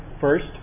first